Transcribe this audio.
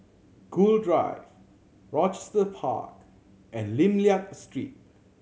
Gul Drive Rochester Park and Lim Liak Street